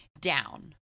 down